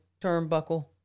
turnbuckle